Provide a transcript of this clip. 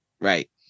right